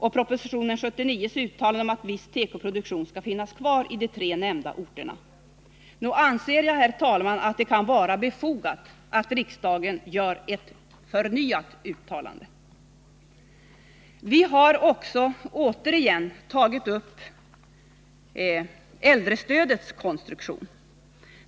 Och hur stämmer det med uttalandet i proposition 79 om att viss tekoproduktion skall finnas kvar i de tre nämnda orterna? Nog anser jag, herr talman, att det kan vara befogat att riksdagen gör ett förnyat uttalande. Vi har också återigen tagit upp äldrestödets konstruktion.